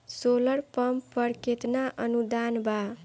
Solar pump पर केतना अनुदान बा?